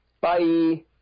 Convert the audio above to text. Bye